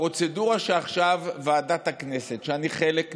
הפרוצדורה שעכשיו בוועדת הכנסת, שאני חלק ממנה,